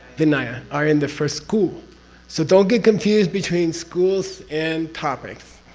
vinaya, are in the first school so don't get confused between schools and topics.